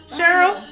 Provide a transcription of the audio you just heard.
Cheryl